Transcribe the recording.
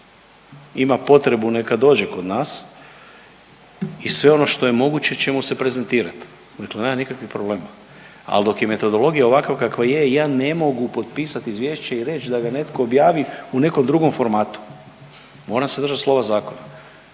ima potrebu neka dođe kod nas i sve ono što je moguće će mu se prezentirat, dakle nema nikakvih problema, al dok je metodologija ovakva kakva je ja ne mogu potpisat izvješće i reć da ga netko objavi u nekom drugom formatu, moram se držat slova zakona.